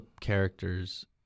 characters